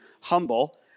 humble